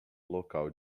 local